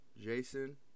Jason